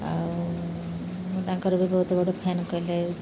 ଆଉ ମୁଁ ତାଙ୍କର ବି ବହୁତ ବଡ଼ ଫ୍ୟାନ୍ କହିଲେ